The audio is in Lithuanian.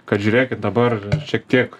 kad žiūrėkit dabar šiek tiek